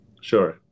Sure